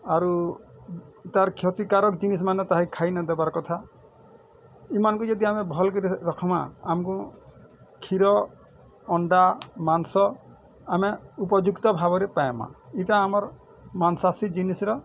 ଆରୁ ତା'ର କ୍ଷତିକାରକ ଜିନିଷ୍ ମାନଙ୍କ ତାହି ଖାଇ ନେଦେବାର୍ କଥା ଏମାନଙ୍କୁ ଯଦି ଆମେ ଭଲ କରି ରଖ୍ମା ଆମ୍କୁ କ୍ଷୀର ଅଣ୍ଡା ମାଂସ ଆମେ ଉପଯୁକ୍ତ ଭାବରେ ପାଏମା ଏଇଟା ଆମର ମାଂସାଶୀ ଜିନିଷ୍ର